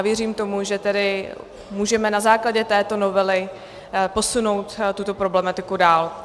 Věřím tomu, že můžeme na základě této novely posunout tuto problematiku dál.